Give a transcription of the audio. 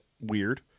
weird